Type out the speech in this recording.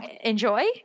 enjoy